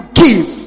give